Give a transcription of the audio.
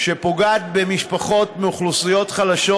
ועוברת לוועדת החוקה,